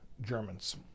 Germans